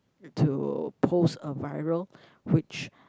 to post a viral which